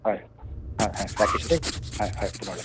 হয় হয় হয় ৰাখিছোঁ দেই হয় হয় পুণৰ